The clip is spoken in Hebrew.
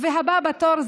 והבא בתור,